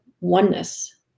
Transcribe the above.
oneness